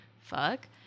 fuck